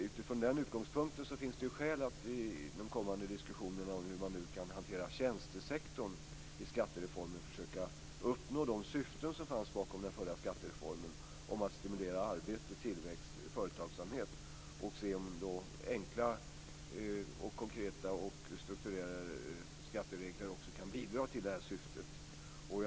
Utifrån den utgångspunkten finns det skäl att i de kommande diskussionerna om hur man kan hantera tjänstesektorn i skattereformen försöka uppnå de syften som fanns bakom den förra skattereformen om att stimulera arbete, tillväxt och företagsamhet och se om enkla, konkreta och strukturerade skatteregler också kan bidra till dessa syften.